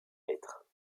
être